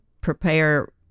prepare